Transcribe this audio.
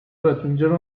raggiungere